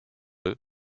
eux